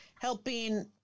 helping